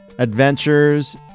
Adventures